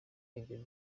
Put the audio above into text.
ibyo